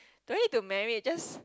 don't need to married just